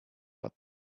but